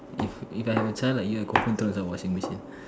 if if I have a child like you I go home to the washing machine